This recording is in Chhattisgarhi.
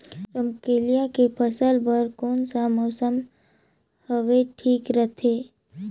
रमकेलिया के फसल बार कोन सा मौसम हवे ठीक रथे?